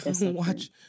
Watch